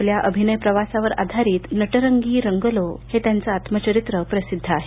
आपल्या अभिनय प्रवासावर आधारित नटरंगी रंगलो हे त्यांचं आत्मचरित्र प्रसिद्ध आहे